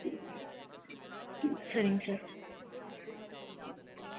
சரிங்க் sir